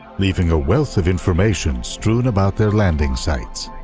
leaving a wealth of information strewn about their landing sites.